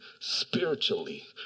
spiritually